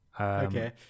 okay